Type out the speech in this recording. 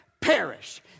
Perish